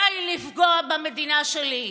די לפגוע במדינה שלי.